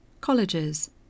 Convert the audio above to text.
Colleges